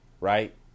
right